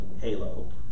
Halo